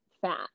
fat